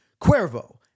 Cuervo